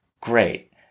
great